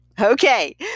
Okay